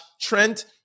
Trent